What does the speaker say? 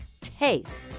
tastes